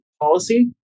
policy